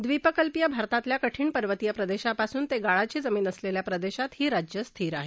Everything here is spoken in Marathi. द्वीपकल्पीय भारतातल्या कठीण पर्वतीय प्रदेशापासून ते गाळाची जमिन असलेल्या प्रदेशात ही राज्यं स्थित आहेत